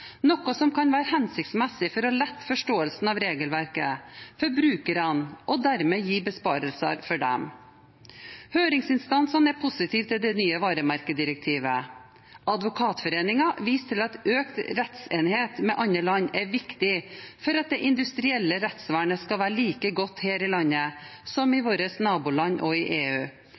noe som kan være hensiktsmessig for å lette forståelsen av regelverket for brukerne og dermed gi besparelser for disse. Høringsinstansene er positive til det nye varemerkedirektivet. Advokatforeningen viser til at økt rettsenhet med andre land er viktig for at det industrielle rettsvernet skal være like godt her i landet som i våre naboland og i EU,